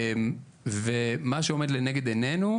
מה שעומד לנגד עינינו,